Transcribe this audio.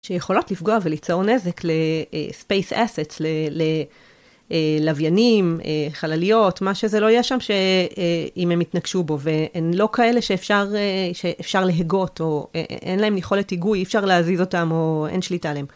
שיכולות לפגוע וליצור נזק לספייס אסת, ללוויינים, חלליות, מה שזה לא יהיה שם שאם הם יתנגשו בו, והן לא כאלה שאפשר להגות או אין להם יכולת היגוי, אי אפשר להזיז אותם או אין שליטה עליהם.